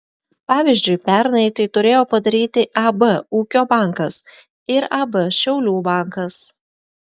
pavyzdžiui pernai tai turėjo padaryti ab ūkio bankas ir ab šiaulių bankas